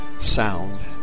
sound